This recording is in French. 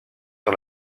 sur